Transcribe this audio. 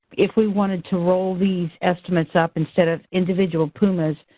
if we wanted to roll these estimates up instead of individual pumas,